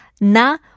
Na